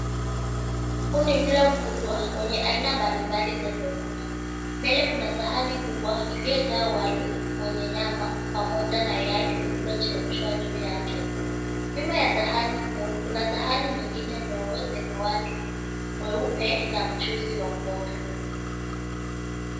Huu ni mlo mkubwa wenye aina mbalimbali za vyakula. Mbele kuna sahani kubwa iliyojaa wali wenye nyama pamoja na yai lililochemshwa juu yake. Nyuma ya sahani hiyo, kuna sahani nyingine ndogo zenye wali mweupe na mchuzi wa mboga.